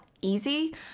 easy